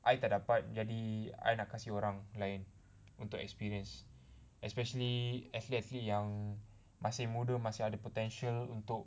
I tak dapat jadi I nak kasih orang lain untuk experience especially athlete athlete yang masih muda masih ada potential untuk